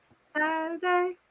Saturday